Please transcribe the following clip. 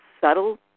subtle